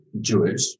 Jewish